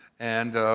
and